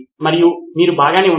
నితిన్ కురియన్ గురువు సరియైనది